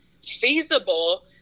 feasible